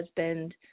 husband